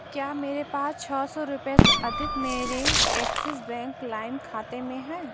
क्या मेरे पास छः सौ रुपये से अधिक मेरे एक्सिस बैंक लाइम खाते में हैं